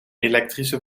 elektrische